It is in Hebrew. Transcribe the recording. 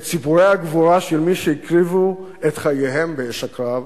את סיפורי הגבורה של מי שהקריבו את חייהם באש הקרב,